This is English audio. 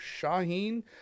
Shaheen